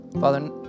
father